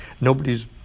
Nobody's